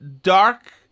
dark